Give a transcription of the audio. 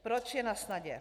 Proč, je nasnadě.